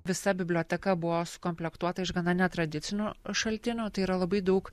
visa biblioteka buvo sukomplektuota iš gana netradicinių šaltinių tai yra labai daug